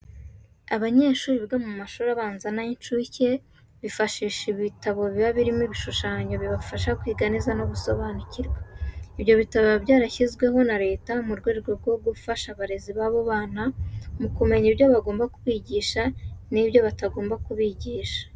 Abanyeshuri biga mu mashuri abanza n'ay'incuke bifashisha ibitabo biba birimo ibihushanyo bibafasha kwiga neza no gusobanukirwa. Ibyo bitabo biba byarashyizweho na leta mu rwego rwo gufasha abarezi b'abo bana mu kumenya ibyo bagomba kubigisha n'ibyo batagomba kubigisha.